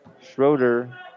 Schroeder